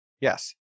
Yes